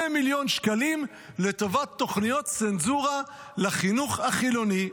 2 מיליון שקלים לטובת תוכניות צנזורה לחינוך החילוני.